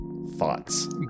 thoughts